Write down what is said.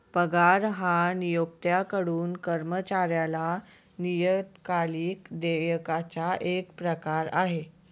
पगार हा नियोक्त्याकडून कर्मचाऱ्याला नियतकालिक देयकाचा एक प्रकार आहे